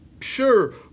Sure